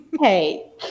hey